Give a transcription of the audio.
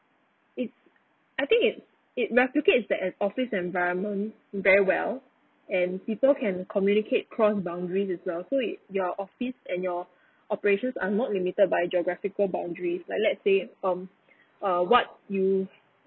it I think it it replicates that the office environment very well and people can communicate cross boundaries as well so if your office and your operations are not limited by geographical boundaries like let's say from um what you